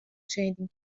شنیدیم